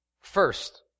First